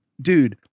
Dude